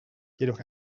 jedoch